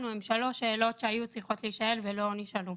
הם שלוש שאלות שהיו צריכות להישאל ולא נשאלו: